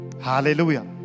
Hallelujah